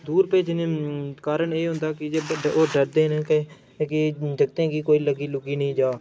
दूर भेजना दा बड़े कारण एह् होंदे न के ओह् डरदे न कि एह् जागतें गी कोई लग्गी लुग्गी निं जा